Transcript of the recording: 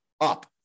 up